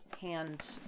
hand